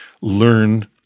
learn